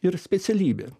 ir specialybė